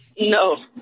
No